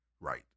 Right